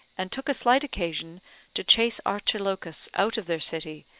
and took a slight occasion to chase archilochus out of their city,